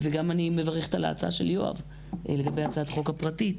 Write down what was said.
אני מברכת על ההצעה של יואב לגבי הצעת החוק הפרטית,